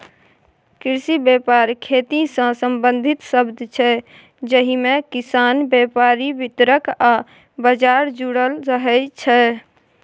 कृषि बेपार खेतीसँ संबंधित शब्द छै जाहिमे किसान, बेपारी, बितरक आ बजार जुरल रहय छै